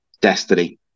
destiny